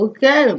Okay